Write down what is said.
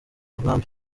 nkambi